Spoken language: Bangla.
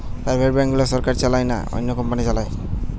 প্রাইভেট ব্যাঙ্ক গুলা সরকার চালায় না, অন্য কোম্পানি চালায়